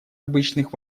обычных